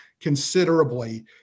considerably